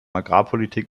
agrarpolitik